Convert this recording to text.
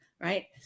right